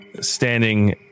standing